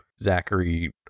zachary